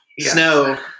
snow